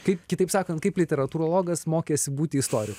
kaip kitaip sakant kaip literatūrologas mokėsi būti istoriku